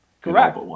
Correct